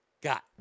got